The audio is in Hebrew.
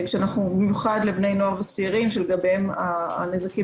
במיוחד לבני נוער צעירים שלגביהם הנזקים